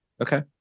Okay